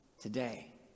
today